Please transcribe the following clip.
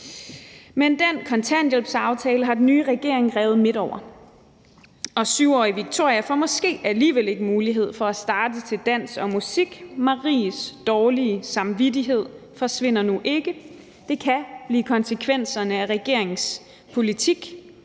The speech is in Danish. Men den kontanthjælpsaftale har den nye regering revet midt over, og 7-årige Victoria får måske alligevel ikke mulighed for at starte til dans og musik. Maries dårlige samvittighed forsvinder nu ikke. Det kan blive konsekvenserne af regeringens politik.